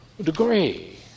degree